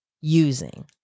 using